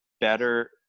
better